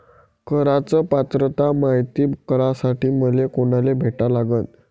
कराच पात्रता मायती करासाठी मले कोनाले भेटा लागन?